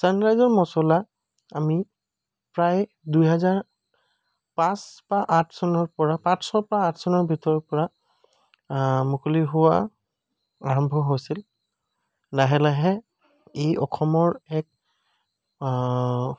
ছানৰাইজৰ মছলা আমি প্ৰায় দুই হাজাৰ পাঁচ বা আঠ চনৰ পৰা পাঁচ চন বা পৰা আঠ চনৰ ভিতৰৰ পৰা মুকলি হোৱা আৰম্ভ হৈছিল লাহে লাহে ই অসমৰ এক